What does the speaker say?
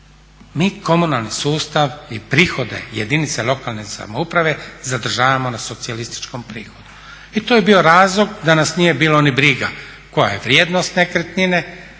Mi komunalni sustav i prihode jedinice lokalne samouprave zadržavamo na socijalističkom prihodu. I to je bio razlog da nas nije bilo ni briga koja je vrijednost nekretnine,